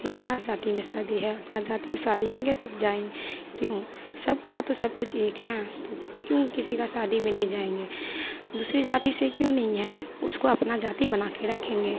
अपनी जाति में शादी है अपनी जाति में शादी होगी तब जाएँगे क्यों सबका तो सबकुछ एक है तो क्यों किसी की शादी में नहीं जाएँगे दूसरी जाति से क्यों नहीं है उसको अपनी जाति बनाके रखेंगे